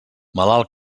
malalt